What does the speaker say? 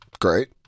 Great